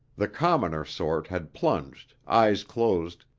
the commoner sort had plunged, eyes closed,